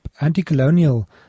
anti-colonial